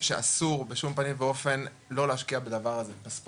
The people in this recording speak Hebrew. שאסור בשום פנים ואופן לא להשקיע בספורט,